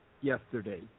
yesterday